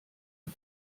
hat